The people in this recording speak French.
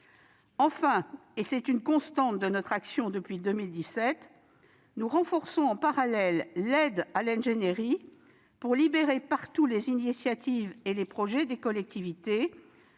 lieu, et c'est une constante de notre action depuis 2017, nous renforçons en parallèle l'aide à l'ingénierie pour libérer partout les initiatives et les projets des collectivités.